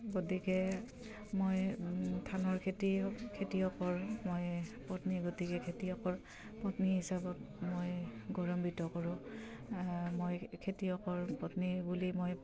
গতিকে মই ধানৰ খেতিয়ক খেতিয়কৰ মই পত্নী গতিকে খেতিয়কৰ পত্নী হিচাপত মই গৌৰাম্বিত কৰোঁ মই খেতিয়কৰ পত্নী বুলি মই